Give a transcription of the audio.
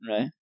Right